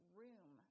room